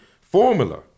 formula